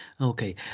Okay